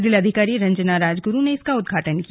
जिलाधिकारी रंजना राजगुरू ने इसका उद्घाटन किया